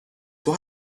why